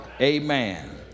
Amen